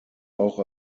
auch